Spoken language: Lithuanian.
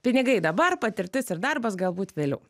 pinigai dabar patirtis ir darbas galbūt vėliau